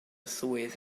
swydd